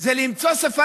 זה למצוא שפה